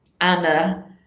Anna